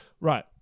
Right